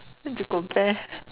and to compare